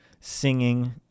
singing